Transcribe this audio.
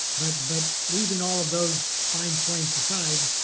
but but leaving all of those fine points aside,